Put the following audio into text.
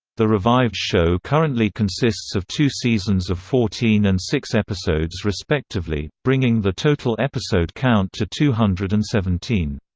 the revived show currently consists of two seasons of fourteen and six episodes respectively, bringing the total episode count to two hundred and seventeen.